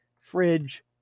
fridge